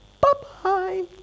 bye-bye